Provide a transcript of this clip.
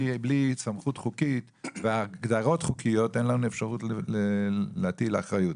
בלי סמכות חוקית והגדרות חוקיות אין לנו אפשרות להטיל אחריות.